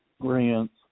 grants